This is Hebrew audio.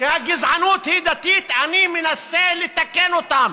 שהגזענות היא דתית, אני מנסה לתקן אותם.